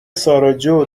ساراجوو